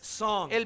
song